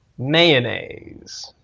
mayonnaise.